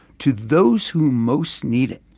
to those who most need it,